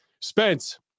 Spence